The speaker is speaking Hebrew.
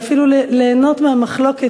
ואפילו ליהנות מהמחלוקת,